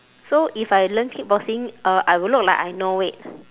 so if I learn kickboxing uh I will look like I know it